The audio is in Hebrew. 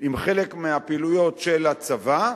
עם חלק מהפעילויות של הצבא,